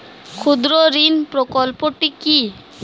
ক্ষুদ্রঋণ প্রকল্পটি কি?